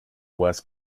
worst